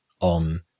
on